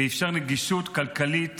ואפשר נגישות כלכלית